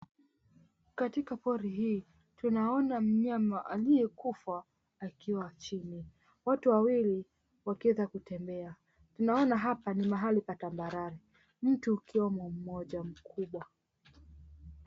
Katika pori hii tunaona mnyama aliyekufa akiwa chini, watu wawili wakiweza tembea. Tunaona hapa ni mahali pa tambarare, mti ukiwemo mmoja mkubwa.